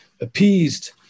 appeased